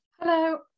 Hello